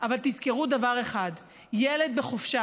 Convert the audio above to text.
אבל תזכרו דבר אחד: ילד בחופשה